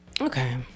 okay